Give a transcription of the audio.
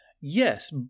Yes